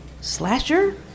Slasher